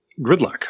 Gridlock